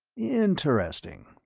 interesting.